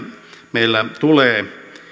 meillä tulee